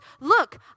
look